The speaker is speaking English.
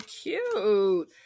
cute